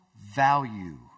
value